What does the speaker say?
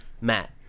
Matt